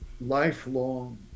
lifelong